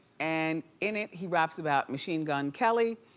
and in it, he raps about machine gun kelly,